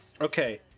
Okay